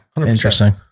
Interesting